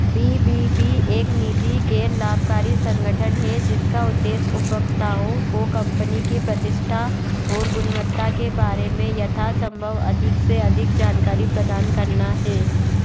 B B B एक निजी गैर लाभकारी संगठन है जिसका उद्देश्य उपभोक्ताओं को कम्पनी की प्रतिष्ठा और गुणवत्ता के बारे में यथासम्भव अधिक से अधिक जानकारी प्रदान करना है